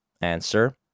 Answer